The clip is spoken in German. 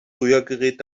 rührgerät